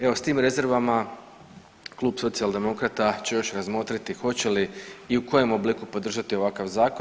Evo s tim rezervama klub Socijaldemokrata će još razmotriti hoće li i u kojem obliku podržati ovakav zakon.